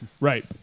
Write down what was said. Right